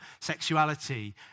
sexuality